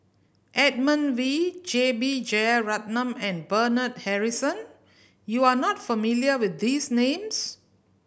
Edmund Wee J B Jeyaretnam and Bernard Harrison you are not familiar with these names